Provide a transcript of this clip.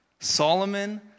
Solomon